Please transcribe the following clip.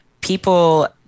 people